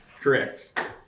Correct